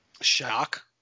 Shock